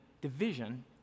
Division